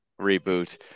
reboot